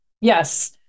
Yes